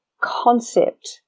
concept